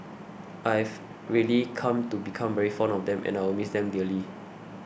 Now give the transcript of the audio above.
I've really come to become very fond of them and I will miss them dearly